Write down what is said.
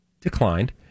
declined